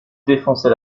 défoncer